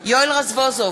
יואל רזבוזוב,